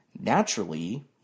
naturally